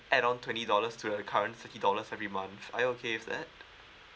add on twenty dollars to the current fifty dollars every month are you okay with that